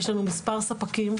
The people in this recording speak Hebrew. יש לנו מספר ספקים,